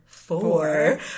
four